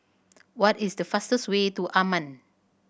what is the fastest way to Amman